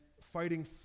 fighting